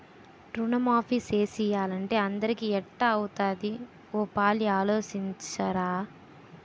రుణమాఫీ సేసియ్యాలంటే అందరికీ ఎట్టా అవుతాది ఓ పాలి ఆలోసించరా